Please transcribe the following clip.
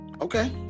Okay